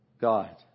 God